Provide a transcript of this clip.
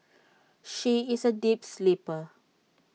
she is A deep sleeper